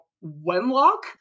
Wenlock